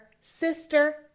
sister